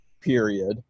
period